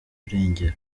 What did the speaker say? irengero